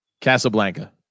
Casablanca